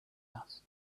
asked